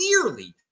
clearly